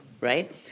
right